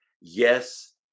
yes